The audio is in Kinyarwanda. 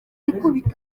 ikubita